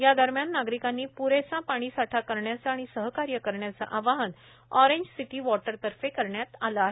या दरम्यान नागरिकांनी प्रेसा पाणीसाठा करण्याचे आणि सहकार्य करण्याच आवाहन ऑरेंज सिटी वॉटरतर्फे करण्यात आल आहे